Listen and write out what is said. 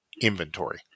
inventory